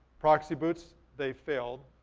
proxy boots, they failed,